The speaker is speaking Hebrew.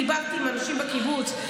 דיברתי עם אנשים בקיבוץ,